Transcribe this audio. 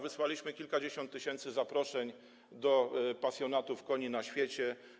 Wysłaliśmy kilkadziesiąt tysięcy zaproszeń do pasjonatów koni na świecie.